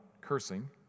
cursing